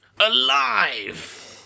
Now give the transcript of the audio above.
Alive